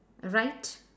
right